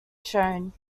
shown